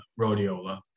rhodiola